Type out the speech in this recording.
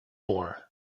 more